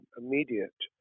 immediate